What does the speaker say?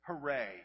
hooray